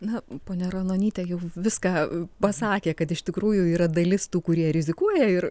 na ponia ranonytė jau viską pasakė kad iš tikrųjų yra dalis tų kurie rizikuoja ir